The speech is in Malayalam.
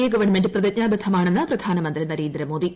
എ ഗവൺമെന്റ് പ്രതിജ്ഞാബദ്ധമാണെന്ന് പ്രധാനമന്ത്രി നരേന്ദ്രമോദി